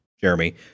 Jeremy